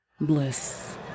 Bliss